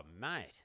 mate